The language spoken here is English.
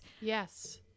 yes